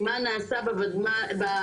מה נעשה בימ"לים,